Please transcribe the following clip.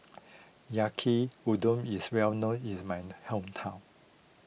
Yaki Udon is well known is my hometown